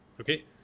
Okay